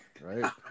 right